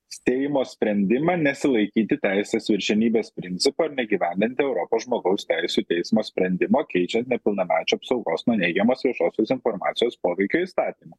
seimo sprendimą nesilaikyti teisės viršenybės principo ir neįgyvenanti europos žmogaus teisių teismo sprendimo keičiant nepilnamečių apsaugos nuo neigiamos viešosios informacijos poveikio įstatymo